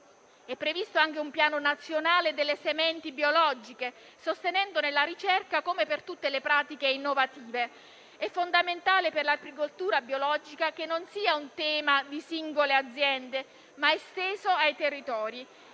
È previsto anche un piano nazionale delle sementi biologiche, sostenendone la ricerca, come per tutte le pratiche innovative. È fondamentale, per l'agricoltura biologica, che non si tratti di un tema di singole aziende, ma sia esteso ai territori: